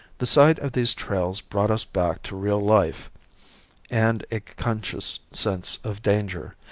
the sight of these trails brought us back to real life and a conscious sense of danger,